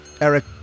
Eric